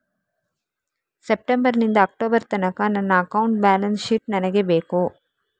September ನಿಂದ October ತನಕ ನನ್ನ ಅಕೌಂಟ್ ಬ್ಯಾಲೆನ್ಸ್ ಶೀಟ್ ನನಗೆ ಬೇಕು